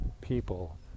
people